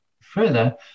further